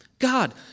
God